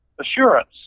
assurance